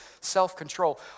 self-control